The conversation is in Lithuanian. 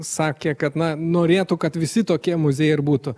sakė kad na norėtų kad visi tokie muziejai ir būtų